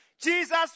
Jesus